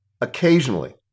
occasionally